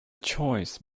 choice